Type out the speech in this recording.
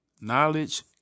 Knowledge